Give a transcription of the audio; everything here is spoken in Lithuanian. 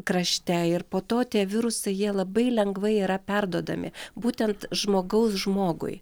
krašte ir po to tie virusai jie labai lengvai yra perduodami būtent žmogaus žmogui